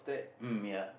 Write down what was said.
mm ya